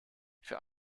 für